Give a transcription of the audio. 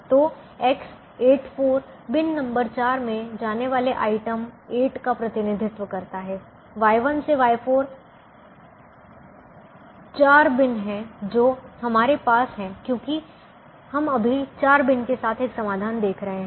तो X84 bin number 4 में जाने वाले आइटम 8 का प्रतिनिधित्व करता है Y1 से Y4 4 बिन हैं जो हमारे पास हैं क्योंकि हम अभी 4 बिन के साथ एक समाधान देख रहे हैं